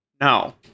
no